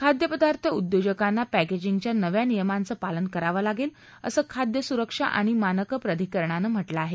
खाद्यपदार्थ उद्योजकांना पॅकेजिंग च्या नव्या नियमांच पालन करावं लागेल असं खाद्य सुरक्षा आणि मानके प्राधिकरणाने म्हटलं आहे